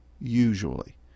usually